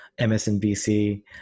MSNBC